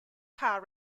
car